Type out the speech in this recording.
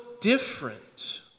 different